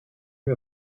lus